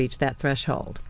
reach that threshold